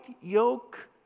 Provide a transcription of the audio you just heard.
yoke